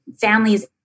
families